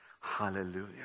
Hallelujah